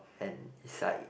and it's like